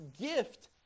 gift